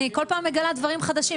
אני כל פעם מגלה דברים חדשים.